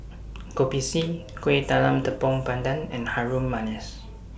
Kopi C Kuih Talam Tepong Pandan and Harum Manis